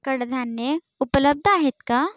कडधान्ये उपलब्ध आहेत का